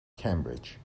cambridge